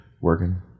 Working